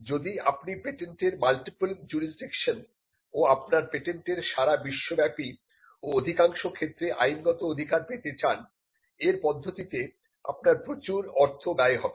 যদি আপনি পেটেন্টের মাল্টিপল জুরিসডিকশন ও আপনার পেটেন্টের সারাবিশ্বব্যাপী ও অধিকাংশ ক্ষেত্রে আইনগত অধিকার পেতে চান এর পদ্ধতিতে আপনার প্রচুর অর্থ ব্যয় হবে